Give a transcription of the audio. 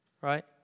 Right